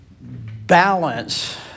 balance